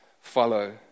follow